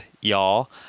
y'all